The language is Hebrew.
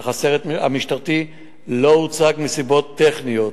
אך הסרט המשטרתי לא הוצג מסיבות טכניות.